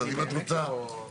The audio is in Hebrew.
ונתחדשה בשעה 10:26.)